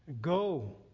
Go